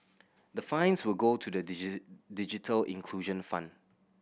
the fines will go to the digital inclusion fund